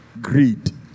Greed